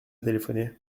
téléphoné